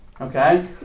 okay